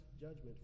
judgment